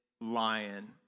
lion